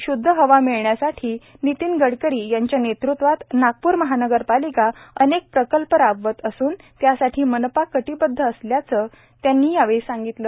श्द्ध हवा मिळण्यासाठी नितीन गडकरी यांच्या नेतृत्वात नागपूर महानगरपालिका अनेक प्रकल्प राबवित असून त्यासाठी मनपा कटिबद्ध असल्याचे त्यांनी सांगितले